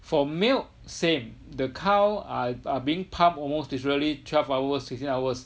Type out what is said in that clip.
for milk same the cow are are being pumped almost literally twelve hours sixteen hours